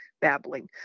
babbling